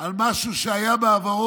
על משהו שהיה בעברו,